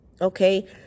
okay